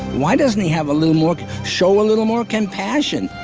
why doesn't he have a little more show a little more compassion?